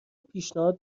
پیشنهاد